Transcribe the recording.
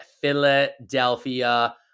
Philadelphia